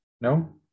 No